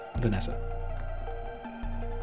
Vanessa